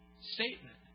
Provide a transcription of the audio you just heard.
statement